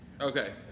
Okay